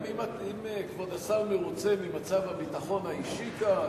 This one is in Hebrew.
אם כבוד השר מרוצה ממצב הביטחון האישי כאן,